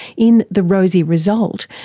in the rosie result,